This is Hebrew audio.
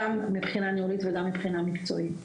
גם מבחינה ניהולית וגם מבחינה מקצועית.